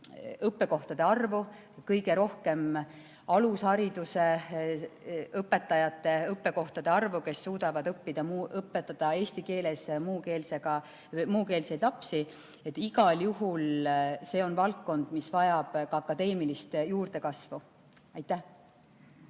õppekohtade arvu, kõige rohkem selliste alushariduse õpetajate õppekohtade arvu, kes suudavad õpetada eesti keeles muukeelseid lapsi. Igal juhul see on valdkond, mis vajab ka akadeemilist juurdekasvu. Aitäh!